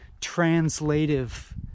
translative